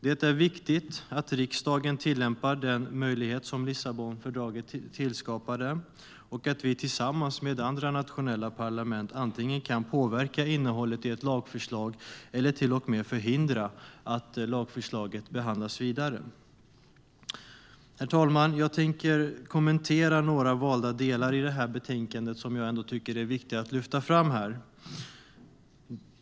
Det är viktigt att riksdagen tillämpar den möjlighet Lissabonfördraget skapade och att vi tillsammans med andra nationella parlament antingen kan påverka innehållet i ett lagförslag eller till och med förhindra att lagförslaget behandlas vidare. Herr talman! Jag tänker kommentera några valda delar i detta betänkande som jag ändå tycker är viktiga att lyfta fram.